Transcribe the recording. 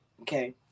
Okay